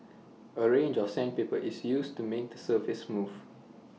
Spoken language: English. A range of sandpaper is used to make the surface smooth